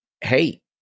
hey